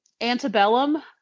Antebellum